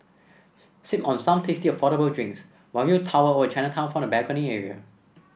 sip on some tasty affordable drinks while you tower over Chinatown from the balcony area